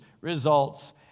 results